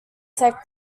tech